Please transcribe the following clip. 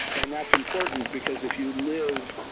and that's important because if you live,